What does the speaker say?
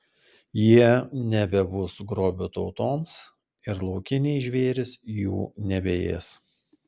jie nebebus grobiu tautoms ir laukiniai žvėrys jų nebeės